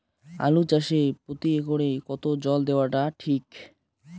আলু চাষে প্রতি একরে কতো জল দেওয়া টা ঠিক?